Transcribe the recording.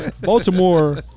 Baltimore